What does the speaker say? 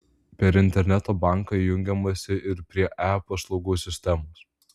per interneto banką jungiamasi ir prie e paslaugų sistemos